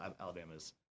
Alabama's